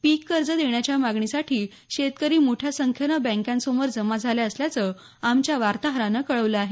पीक कर्ज देण्याच्सा मागणीसाठी शेतकरी मोठ्या संख्येनं बँकांसमोर जमा झाले असल्याच आमच्या वातोहरान कळवल आहे